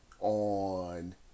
on